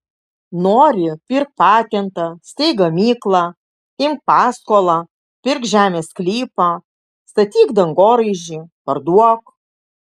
nori pirk patentą steik gamyklą imk paskolą pirk žemės sklypą statyk dangoraižį parduok